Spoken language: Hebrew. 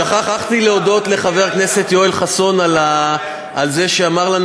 שכחתי להודות לחבר הכנסת יואל חסון על זה שאמר לנו